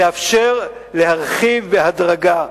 יאפשרו להרחיב את הפרויקט בהדרגה.